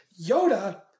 Yoda